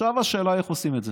עכשיו, השאלה היא איך עושים את זה.